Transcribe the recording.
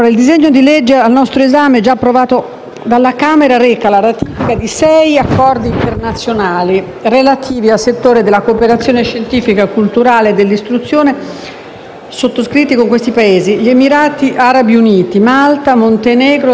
dalla Camera, reca la ratifica di sei Accordi internazionali relativi al settore della cooperazione scientifica, culturale e dell'istruzione sottoscritti con: Emirati Arabi Uniti, Malta, Montenegro, Senegal, Slovacchia e Slovenia.